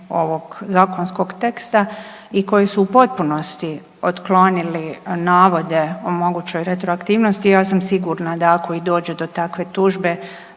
ovog zakonskog teksta i koji su u potpunosti otklonili navode o mogućoj retroaktivnosti ja sam sigurna da ako i dođe do takve tužbe